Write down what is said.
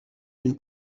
une